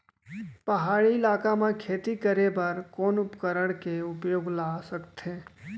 पहाड़ी इलाका म खेती करें बर कोन उपकरण के उपयोग ल सकथे?